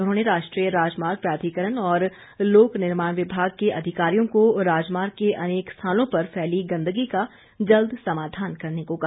उन्होंने राष्ट्रीय राजमार्ग प्राधिकरण और लोक निर्माण विभाग के अधिकारियों को राजमार्ग के अनेक स्थानों पर फैली गंदगी का जल्द समाधान करने को कहा